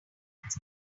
hands